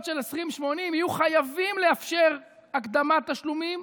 של 80/20 יהיו חייבים לאפשר הקדמת תשלומים.